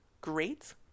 great